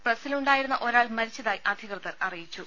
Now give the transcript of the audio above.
പ്രസി ലുണ്ടായിരുന്ന ഒരാൾ മരിച്ചതായി അധികൃതർ അറിയിച്ചു